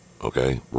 okay